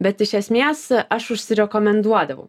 bet iš esmės aš užsirekomenduodavau